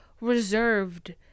reserved